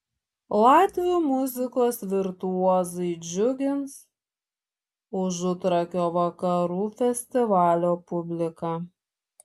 latvių muzikos virtuozai džiugins užutrakio vakarų festivalio publiką